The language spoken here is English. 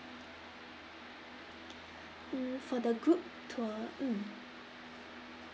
mm for the group tour mm